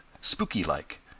spooky-like